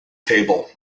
table